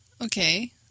Okay